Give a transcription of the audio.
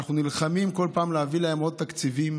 שאנו נלחמים כל פעם להביא להם עוד תקציבים